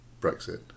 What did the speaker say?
Brexit